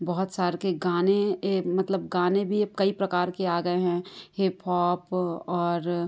बहुत सार के गाने मतलब गाने भी अब कई प्रकार के आ गए हैं हिपहॉप और